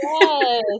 Yes